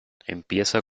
empieza